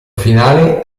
finale